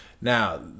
Now